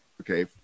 Okay